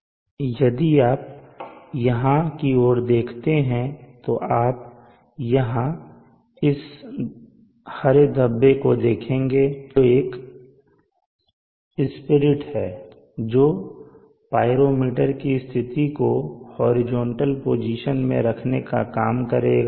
अब यदि आप यहाँ की ओर देखते हैं तो आप यहाँ इस हरे धब्बे को देखेंगे जो एक स्पिरिट है जो पाइरोमीटर की स्थिति को हॉरिजॉन्टल पोजीशन में रखने का काम करेगा